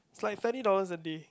it's like thirty dollars a day